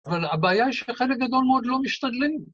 ‫אבל הבעיה היא שחלק גדול מאוד ‫לא משתדלים.